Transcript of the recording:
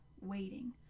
waiting